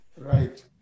Right